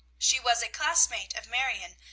she was a classmate of marion,